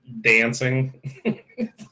Dancing